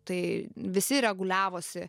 tai visi reguliavosi